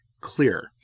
clear